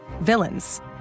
villains